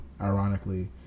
ironically